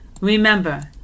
Remember